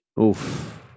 Oof